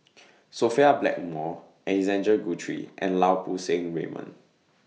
Sophia Blackmore Alexander Guthrie and Lau Poo Seng Raymond